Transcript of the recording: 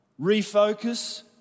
Refocus